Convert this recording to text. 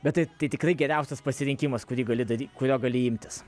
bet tai tai tikrai geriausias pasirinkimas kurį gali dary kurio gali imtis